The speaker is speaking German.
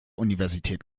universität